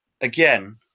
again